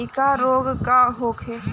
डकहा रोग का होखे?